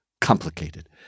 complicated